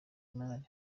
imari